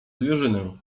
zwierzynę